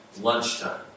lunchtime